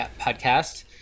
podcast